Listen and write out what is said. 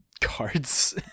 cards